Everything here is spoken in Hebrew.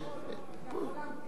אני יכול להמתין, אתה יכול להמתין לערב.